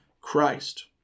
Christ